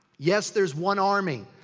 yes, there's one army.